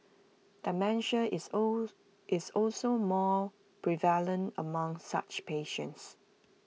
dementia is all is also more prevalent among such patients